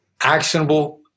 actionable